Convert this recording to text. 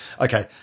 Okay